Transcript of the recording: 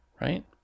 right